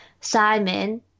Simon